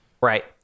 right